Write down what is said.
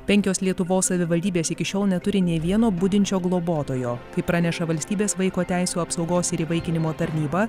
penkios lietuvos savivaldybės iki šiol neturi nė vieno budinčio globotojo kaip praneša valstybės vaiko teisių apsaugos ir įvaikinimo tarnyba